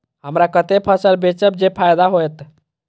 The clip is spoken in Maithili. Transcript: हमरा कते फसल बेचब जे फायदा होयत?